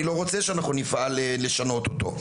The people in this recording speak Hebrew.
אני לא רוצה שאנחנו נפעל לשנות אותו.